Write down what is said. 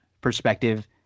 perspective